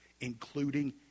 including